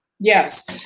Yes